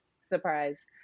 surprise